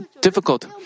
difficult